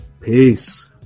peace